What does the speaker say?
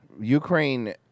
Ukraine